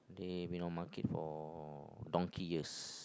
they have been on market for donkey years